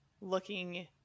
looking